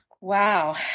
Wow